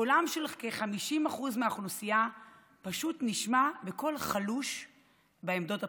קולם של כ-50% מהאוכלוסייה פשוט נשמע בקול חלוש בעמדות הבכירות.